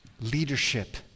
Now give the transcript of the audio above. leadership